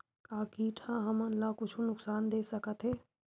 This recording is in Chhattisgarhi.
का कीट ह हमन ला कुछु नुकसान दे सकत हे?